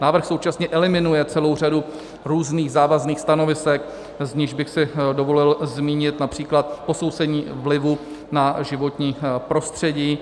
Návrh současně eliminuje celou řadu různých závazných stanovisek, z nichž bych si dovolil zmínit například posouzení vlivu na životní prostředí.